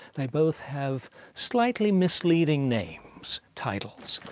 they both have slightly misleading names, titles.